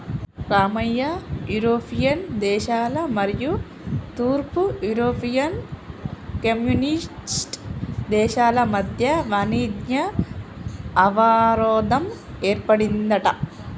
Ramayya European దేశాల మరియు తూర్పు యూరోపియన్ కమ్యూనిస్ట్ దేశాల మధ్య వాణిజ్య అవరోధం ఏర్పడిందంట